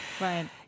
Right